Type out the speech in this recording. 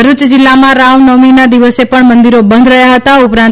ભરૂચ જીલ્લામાં રામનવમીના દિવસે પણ મંદિરો બંધ રહ્યા હતા ઉપરાંત